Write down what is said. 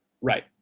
Right